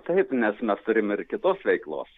taip nes mes turim ir kitos veiklos